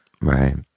right